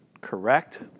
correct